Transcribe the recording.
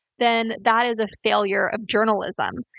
then that is a failure of journalism,